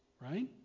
Right